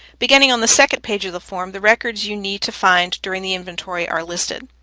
beginning on the second page of the form, the records you need to find during the inventory are listed.